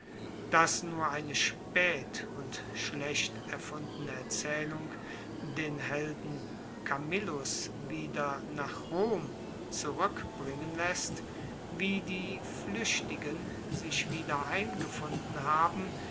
das nur eine spaet und schlecht erfundene erzaehlung den helden camillus wieder nach rom zurueckbringen laesst wie die fluechtigen sich wieder heimgefunden haben